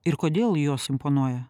ir kodėl jos imponuoja